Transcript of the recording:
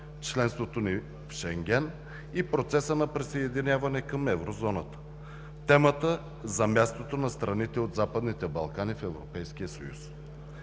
членството ни в Шенген и процесът на присъединяване към Еврозоната, темата за мястото на страните от Западните Балкани в Европейския съюз.